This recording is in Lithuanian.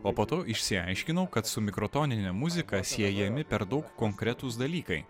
o po to išsiaiškinau kad su mikrotonine muzika siejami per daug konkretūs dalykai